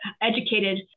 educated